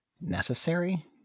necessary